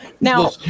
Now